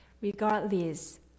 regardless